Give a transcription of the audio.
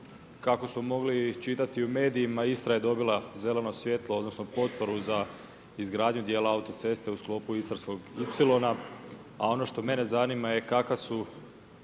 Kako smo mogli čitati u medijima, Istra je dobila zeleno svjetlo odnosno potporu za izgradnju dijela autoceste u sklopu Istarskog ipsilona, a ono što mene zanima je kakva je